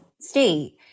state